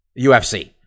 UFC